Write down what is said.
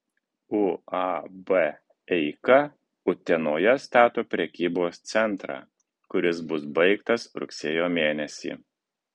uab eika utenoje stato prekybos centrą kuris bus baigtas rugsėjo mėnesį